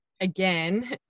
again